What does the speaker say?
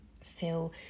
feel